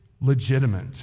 legitimate